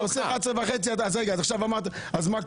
אתה קובע ל-11:30 אז מה קורה?